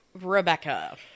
rebecca